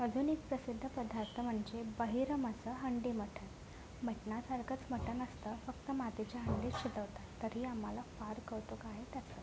अजून एक प्रसिद्ध पदार्थ म्हणजे बहिरमाचं हंडी मटण मटणासारखंच मटण असतं फक्त मातीच्या हांडीत शिजवतात तरी आम्हाला फार कौतुक आहे त्याचं